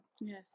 Yes